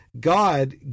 God